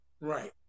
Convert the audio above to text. Right